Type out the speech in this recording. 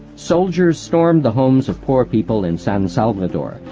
soldiers stormed the homes of poor people in san salvador,